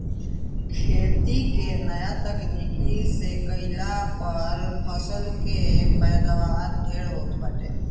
खेती के नया तकनीकी से कईला पअ फसल के पैदावार ढेर होत बाटे